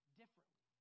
differently